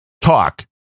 talk